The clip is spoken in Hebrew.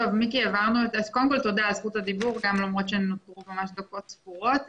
על זכות הדיבור, למרות שנותרו ממש דקות ספורות.